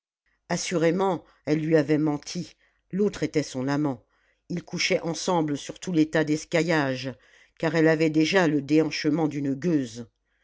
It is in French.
assurément elle lui avait menti l'autre était son amant ils couchaient ensemble sur tous les tas d'escaillage car elle avait déjà le déhanchement d'une gueuse